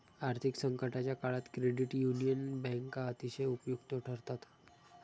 आर्थिक संकटाच्या काळात क्रेडिट युनियन बँका अतिशय उपयुक्त ठरतात